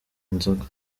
nzoga